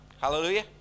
Hallelujah